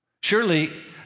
Surely